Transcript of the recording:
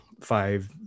five